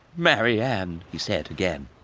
marianne! he said again,